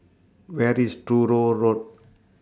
Where IS Truro Road